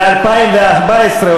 ל-2014,